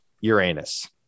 Uranus